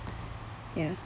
ya